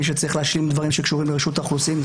מי שצריך להשלים דברים שקשורים לרשות האוכלוסין,